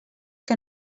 que